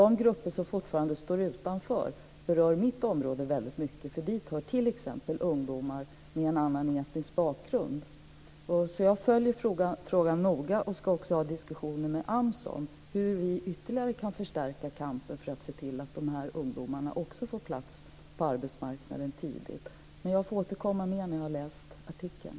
De grupper som fortfarande står utanför berör mitt område, därför att dit hör t.ex. ungdomar med en annan etnisk bakgrund. Jag följer frågan noga och ska också ha diskussioner med AMS om hur vi ytterligare kan förstärka kampen för att se till att också dessa ungdomar får plats på arbetsmarknaden tidigt. Men jag får återkomma när jag har läst artikeln.